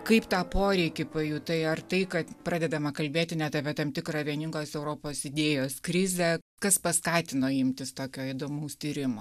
kaip tą poreikį pajutai ar tai kad pradedama kalbėti net apie tam tikrą vieningos europos idėjos krizę kas paskatino imtis tokio įdomaus tyrimo